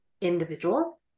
individual